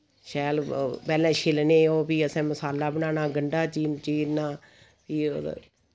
शैल पैह्लैं छिल्लने ओ फ्ही असैं मसाला बनाना गंढा चीरना फ्ही उ'दा